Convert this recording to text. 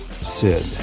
Sid